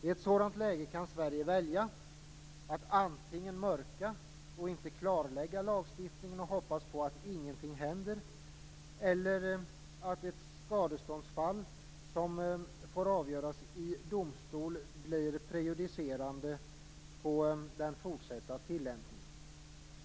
I ett sådant läge kan Sverige välja att antingen mörka och inte klarlägga lagstiftningen och hoppas på att ingenting händer eller att ett skadeståndsfall som får avgöras i domstol blir prejudicerande på den fortsatta tillämpningen.